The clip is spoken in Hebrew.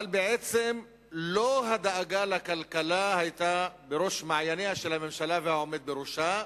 אבל בעצם לא הדאגה לכלכלה היתה בראש מעייניה של הממשלה והעומד בראשה,